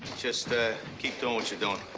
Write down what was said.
just, ah, keep doing what you're